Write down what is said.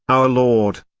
our lord,